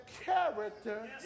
character